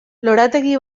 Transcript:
lorategi